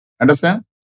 Understand